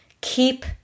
Keep